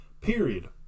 Period